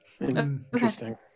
Interesting